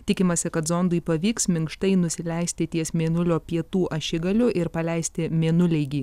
tikimasi kad zondui pavyks minkštai nusileisti ties mėnulio pietų ašigaliu ir paleisti mėnuleigį